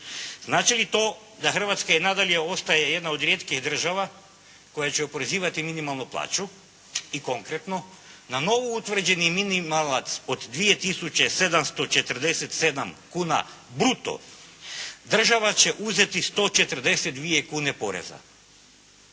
Znači li to da Hrvatska i nadalje ostaje jedna od rijetkih država koja će oporezivati minimalnu plaću? I konkretno, na novoutvrđeni minimalac od 2747 kuna bruto država će uzeti 142 kune poreza